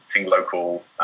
local